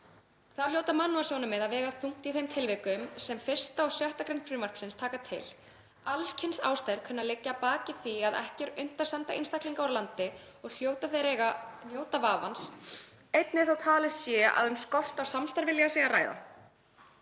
Þá hljóta mannúðarsjónarmið að vega þungt í þeim tilvikum sem 1. og 6. gr. frumvarpsins taka til, alls kyns ástæður kunna að liggja að baki því að ekki er unnt að senda einstaklinga úr landi og hljóta þeir að eiga að njóta vafans, einnig þó talið sé að um skort á samstarfsvilja sé að ræða.